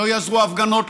לא יעזרו ההפגנות,